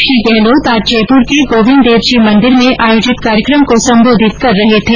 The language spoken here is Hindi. श्री गहलोत आज जयपुर के गोविन्द देवजी मन्दिर में आयोजित कार्यक्रम को संबोधित कर रहे थे